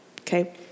okay